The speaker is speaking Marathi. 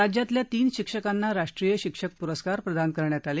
राज्यातल्या तीन शिक्षकांना राष्ट्रीय शिक्षक पुरस्कार प्रदान करण्यात आले